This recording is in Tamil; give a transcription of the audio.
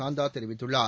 சாந்தா தெரிவித்துள்ளார்